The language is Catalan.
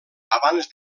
abans